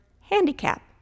handicap